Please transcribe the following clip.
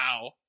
Wow